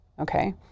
okay